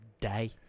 day